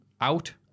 out